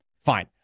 Fine